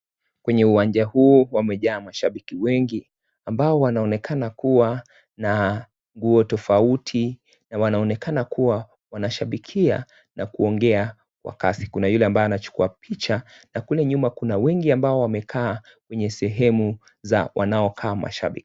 Kwenye uwanja huu wamejaa mashabiki wengi ambao wanaonekana kuwa na nguo tofauti na wanaonekana kuwa wanashabikia na kuongea kwa kasi. Kuna yule ambaye anapiga picha na kule nyuma kuna wengi ambao wamekaa kwenye sehemu za wanapokaa mashabiki.